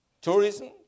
tourism